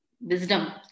wisdom